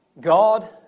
God